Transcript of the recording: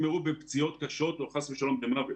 בפציעות קשות או חס ושלום במוות.